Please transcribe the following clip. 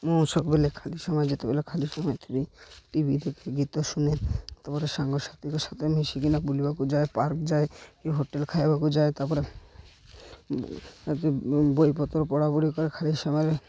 ମୁଁ ସବୁବେଳେ ଖାଲି ସମୟରେ ଯେତେବେଳେ ଖାଲି ସମୟରେ ଥିବି ଟିଭି ଦେଖେ ଗୀତ ଶୁଣେ ତା'ପରେ ସାଙ୍ଗସାଥିଙ୍କ ସହିତ ମିଶିକି ନା ବୁଲିବାକୁ ଯାଏ ପାର୍କ ଯାଏ କି ହୋଟେଲ୍ ଖାଇବାକୁ ଯାଏ ତା'ପରେ ବହି ପତର ପଢ଼ାପଢ଼ି କରି ଖାଲି ସମୟରେ